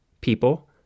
People